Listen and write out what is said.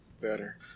better